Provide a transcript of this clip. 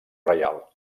reial